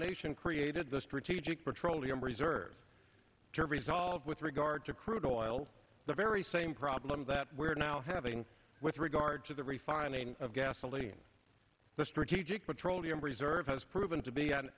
nation created the street egypt petroleum reserves to resolve with regard to crude oil the very same problem that we're now having with regard to the refining of gasoline the strategic petroleum reserve has proven to be an